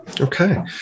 Okay